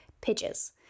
pitches